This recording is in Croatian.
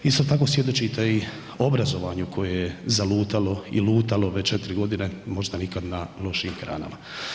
Isto tako svjedočite i obrazovanju koje je zalutalo i lutalo već 4 godine možda nikad na lošijim granama.